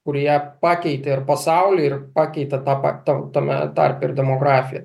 kurie pakeitė ir pasaulį ir pakeitė tą tam tame tarpe ir demografiją